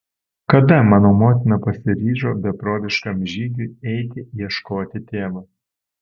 kada mano motina pasiryžo beprotiškam žygiui eiti ieškoti tėvo